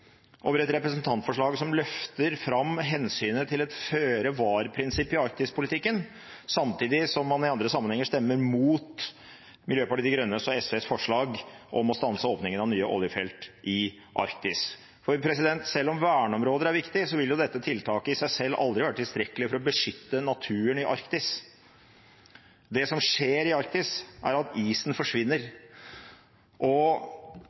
over et representantforslag som løfter fram hensynet til et føre-var-prinsipp i Arktis-politikken, samtidig som man i andre sammenhenger stemmer mot Miljøpartiet De Grønnes og SVs forslag om å stanse åpningen av nye oljefelt i Arktis. For selv om verneområder er viktig, vil dette tiltaket i seg selv aldri være tilstrekkelig for å beskytte naturen i Arktis. Det som skjer i Arktis, er at isen forsvinner, og